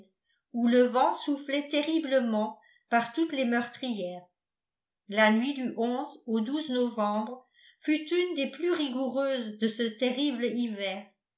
où le vent soufflait terriblement par toutes les meurtrières la nuit du au novembre fut une des plus rigoureuses de ce terrible hiver